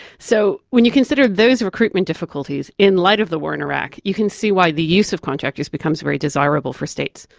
so when you consider those recruitment difficulties, in light of the war in iraq you can see why the use of contractors becomes very desirable for states.